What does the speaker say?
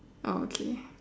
orh okay